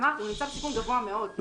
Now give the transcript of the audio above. אמרתי הוא נמצא בסיכון גבוה מאוד.